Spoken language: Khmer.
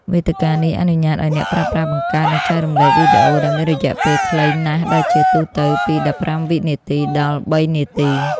វេទិកានេះអនុញ្ញាតឱ្យអ្នកប្រើប្រាស់បង្កើត និងចែករំលែកវីដេអូដែលមានរយៈពេលខ្លីណាស់ ដែលជាទូទៅពី ១៥ វិនាទី ដល់ ៣ នាទី។